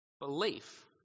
belief